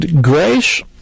Grace